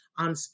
On